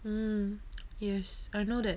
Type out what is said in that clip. mm yes I know that